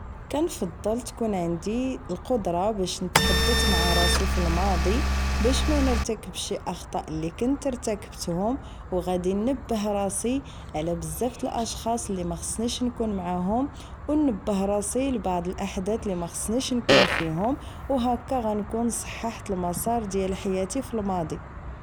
كنفضل تكون عندي القدرة باش نتحدت مع راسي في الماضي باش مانرتاكبش شي اخطاء اللي كنت رتاكبتهم و غادي نبه راسي على بزاف تاشخاص اللي ماخصنيش نكون معاهم و نبه راسي لبعض الاحداث اللي ماخصنيش نكون فيهم و هكا غنكون صححت المسار ديال حياتي بالماضي